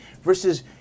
versus